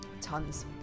Tons